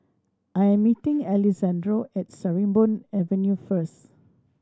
I am meeting Alessandro at Sarimbun Avenue first